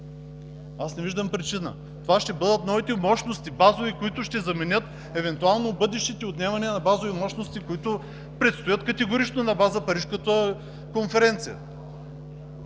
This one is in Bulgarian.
е. Не виждам причина! Това ще бъдат новите базови мощности, които ще заменят евентуално бъдещите отнемания на базови мощности, които предстоят категорично на база Парижката конференция.